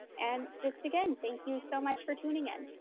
and just again, thank you so much for tuning in.